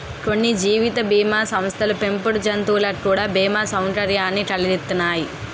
కొన్ని జీవిత బీమా సంస్థలు పెంపుడు జంతువులకు కూడా బీమా సౌకర్యాన్ని కలిగిత్తన్నాయి